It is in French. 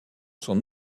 sont